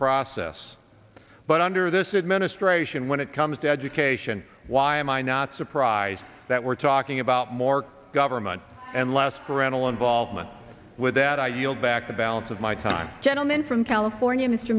process but under this administration when it comes to education why am i not not surprised that we're talking about more government and less parental involvement with that i yield back the balance of my time gentleman from california m